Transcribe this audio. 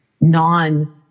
non